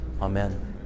Amen